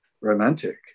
romantic